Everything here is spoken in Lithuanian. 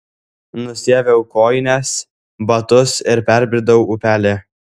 nusiaviau kojines batus ir perbridau upelį